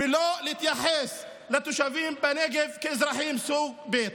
ולא להתייחס לתושבים בנגב כאזרחים סוג ב'.